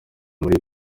muri